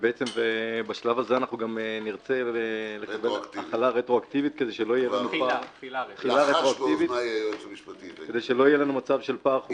ובשלב הזה נרצה תחילה רטרואקטיבית כדי שלא יהיה מצב של פער.